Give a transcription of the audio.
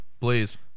please